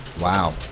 Wow